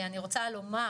אני רוצה לומר,